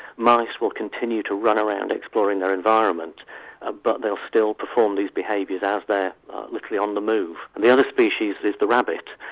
mice will continue to run around exploring their environment ah but they'll still perform these behaviours out there literally on the move. the other species is the rabbit.